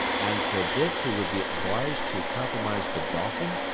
and for this he would be obliged to compromise the dolphin,